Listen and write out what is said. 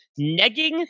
negging